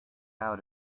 out